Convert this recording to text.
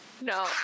No